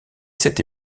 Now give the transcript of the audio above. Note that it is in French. cette